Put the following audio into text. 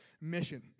mission